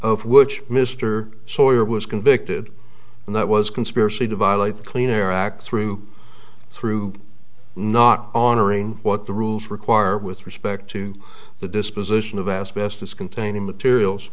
of which mr sawyer was convicted and that was conspiracy to violate the clean air act through through not honoring what the rules require with respect to the disposition of asbestos containing materials